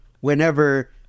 whenever